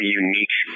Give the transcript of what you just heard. unique